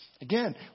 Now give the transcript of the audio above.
Again